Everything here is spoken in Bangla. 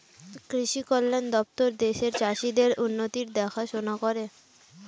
কৃষি কল্যাণ দপ্তর দেশের চাষীদের উন্নতির দেখাশোনা করে